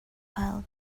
pile